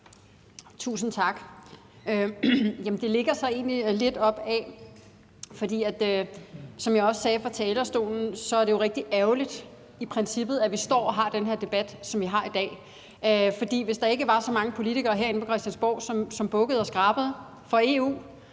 Kl. 16:51 Mette Thiesen (DF): Tusind tak. Som jeg også sagde fra talerstolen, er det jo i princippet rigtig ærgerligt, at vi står og har den her debat, som vi har i dag, for hvis der ikke var så mange politikere herinde på Christiansborg, som bukkede og skrabede for EU,